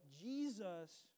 Jesus